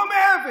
לא מעבר.